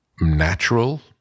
natural